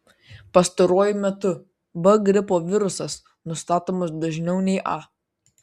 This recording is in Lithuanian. pastaruoju metu b gripo virusas nustatomas dažniau nei a